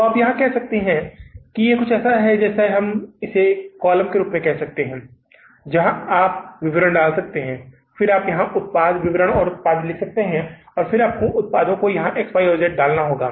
तो आप यहाँ कह सकते हैं कि यह कुछ ऐसा है जैसे आप इसे कॉलम के रूप में कह सकते हैं जहाँ आप विवरण डाल सकते हैं फिर आप यहाँ उत्पाद विवरण और उत्पाद रख सकते हैं और फिर आपको उत्पादों को यहाँ X Y और Z डाल देना होगा